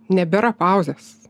nebėra pauzės